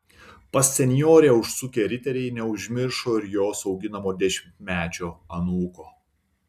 pas senjorę užsukę riteriai neužmiršo ir jos auginamo dešimtmečio anūko